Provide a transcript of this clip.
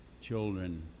children